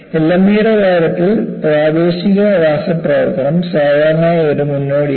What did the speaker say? LME യുടെ കാര്യത്തിൽ പ്രാദേശിക രാസ പ്രവർത്തനം സാധാരണയായി ഒരു മുന്നോടിയാണ്